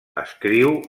escriu